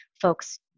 folks